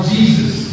Jesus